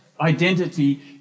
Identity